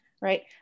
right